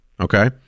Okay